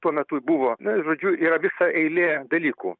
tuo metu buvo na ir žodžiu yra visa eilė dalykų